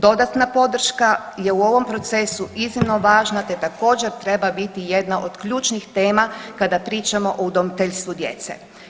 Dodatna podrška je u ovom procesu iznimno važna, te također treba biti jedna od ključnih tema kada pričamo o udomiteljstvu djece.